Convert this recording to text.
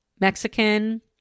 Mexican